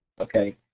okay